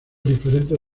diferentes